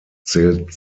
zählt